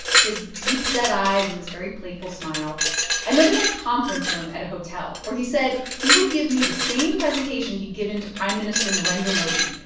his deep-set eyes and this very playful smile i met him in a conference room at a hotel, where he said he would give me the same presentation he'd given to prime minister narendra modi,